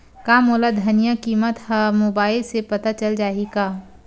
का मोला धनिया किमत ह मुबाइल से पता चल जाही का?